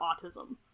autism